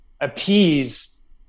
appease